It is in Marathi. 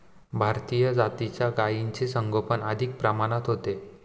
भारतीय जातीच्या गायींचे संगोपन अधिक प्रमाणात होते